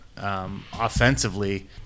Offensively